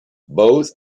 both